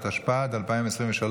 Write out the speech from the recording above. התשפ"ד 2023,